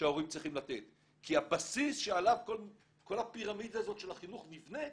שההורים צריכים לתת כי הבסיס שעליו כל הפירמידה הזאת של החינוך נבנית,